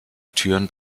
türen